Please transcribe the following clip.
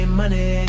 money